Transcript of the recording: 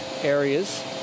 areas